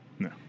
No